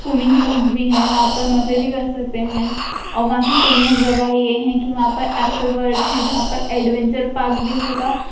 swimming pools بھی ہیں وہاں پر مزے بھی کر سکتے ہیں اور وہاں کی فیمس جگہیں یہ ہیں کہ وہاں پر ایسے ورڈس ہیں جہاں پر ایڈونچر پارک بھی ہوگا